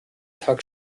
tag